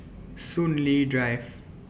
Soon Lee Drive